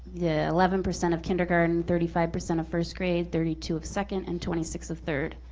yeah eleven percent of kindergarten, thirty five percent of first grade, thirty two of second, and twenty six of third.